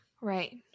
Right